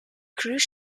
cruise